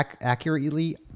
accurately